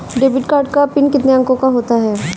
Debit card का PIN कितने अंकों का होता है?